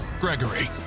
Gregory